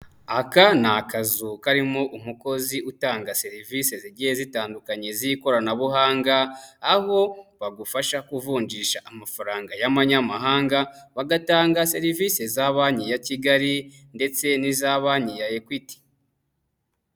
Aka ni akazu karimo umukozi utanga serivisi zigiye zitandukanye z'ikoranabuhanga, aho bagufasha kuvunjisha amafaranga y'amanyamahanga, bagatanga serivisi za banki ya Kigali ndetse n'iza banki ya Equity.